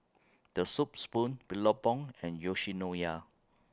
The Soup Spoon Billabong and Yoshinoya